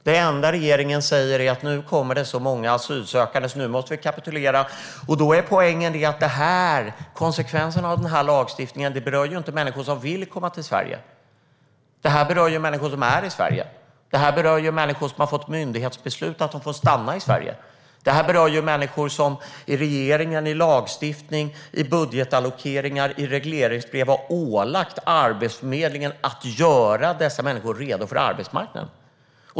Det enda regeringen säger är att det nu kommer så många asylsökande att vi måste kapitulera. Poängen är att konsekvensen av lagstiftningen inte berör människor som vill komma till Sverige. Den berör människor som är i Sverige, som har fått myndighetsbeslut att de får stanna i Sverige. Den berör människor där regeringen i budgetallokeringar och regleringsbrev har ålagt Arbetsförmedlingen att göra dessa människor redo för arbetsmarknaden.